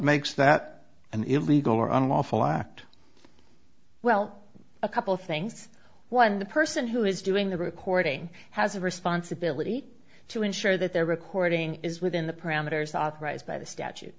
makes that an illegal or unlawful act well a couple of things one the person who is doing the recording has a responsibility to ensure that their recording is within the parameters authorized by the statute